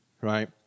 right